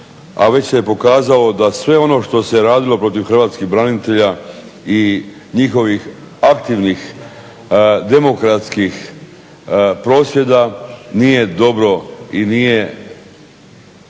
a već se pokazalo da sve ono što se radilo protiv hrvatskih branitelja i njihovih aktivnih demokratskih prosvjeda nije dobro i nije